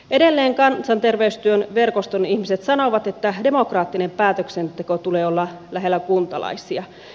edelleen kansanterveystyön verkoston ihmiset sanovat että demokraattisen päätöksenteon tulee olla lähellä kuntalaisia